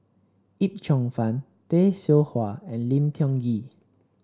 Yip Cheong Fun Tay Seow Huah and Lim Tiong Ghee